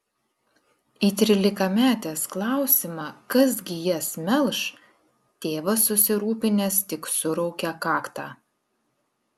į trylikametės klausimą kas gi jas melš tėvas susirūpinęs tik suraukia kaktą